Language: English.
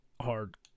hard